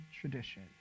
tradition